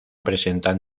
presentan